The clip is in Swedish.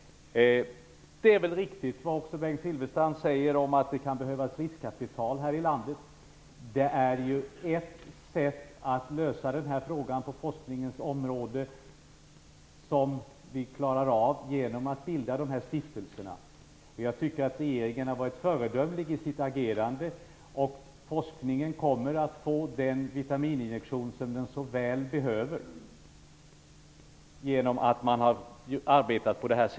Det är väl riktigt som Bengt Silfverstrand säger att det kan behövas riskkapital i landet. Att bilda dessa stiftelser är ett sätt att lösa denna fråga på forskningsområdet. Jag tycker att regeringen har varit föredömlig i sitt agerande. Forskningen kommer att få den vitamininjektion som den så väl behöver genom att arbeta på det sättet.